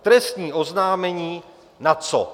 Trestní oznámení na co?